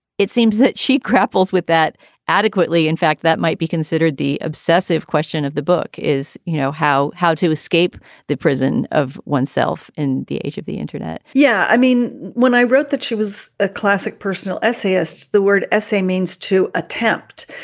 it seems that she grapples with that adequately. in fact, that might be considered the obsessive question of the book is, you know, how how to escape the prison of oneself in the age of the internet yeah. i mean, mean, when i wrote that she was a classic personal essayist. the word essay means to attempt,